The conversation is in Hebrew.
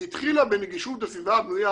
היא התחילה בנגישות בסדרה בנויה,